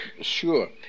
Sure